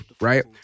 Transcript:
right